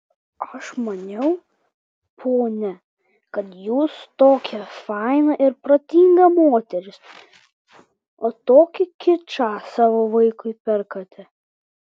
aš maniau ponia kad jūs tokia faina ir protinga moteris o tokį kičą savo vaikui perkate